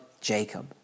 Jacob